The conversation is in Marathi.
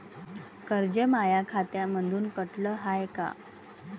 कर्ज माया खात्यामंधून कटलं हाय का?